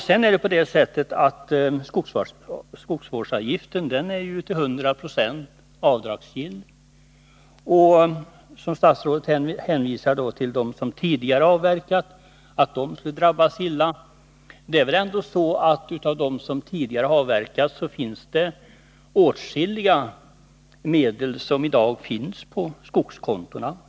Vidare är skogsvårdsavgiften till 100 96 avdragsgill. Statsrådet hänvisar till att de som tidigare avverkat skog skulle drabbas illa, men det är väl ändå så att de som tidigare har avverkat har åtskilliga medel i dag insatta på sina skogskonton.